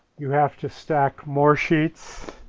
you have to stack more sheets.